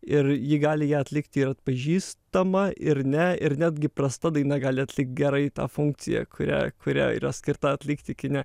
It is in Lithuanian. ir ji gali ją atlikti ir atpažįstama ir ne ir netgi prasta daina gali atlikt gerai tą funkciją kurią kurią yra skirta atlikti kine